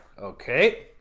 Okay